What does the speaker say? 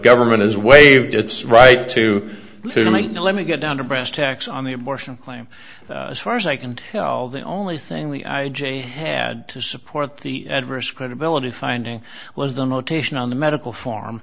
government has waived its right to let me get down to brass tacks on the abortion claim as far as i can tell the only thing the i j a had to support the adverse credibility finding was the notation on the medical form